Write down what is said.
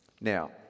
Now